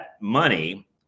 money